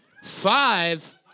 Five